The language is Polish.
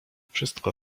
wszystko